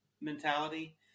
mentality